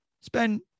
Spend